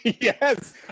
yes